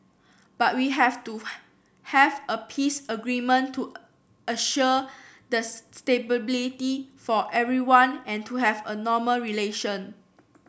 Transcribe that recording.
but we have to have a peace agreement to assure the for everyone and to have a normal relation